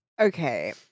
okay